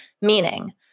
Meaning